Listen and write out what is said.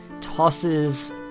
tosses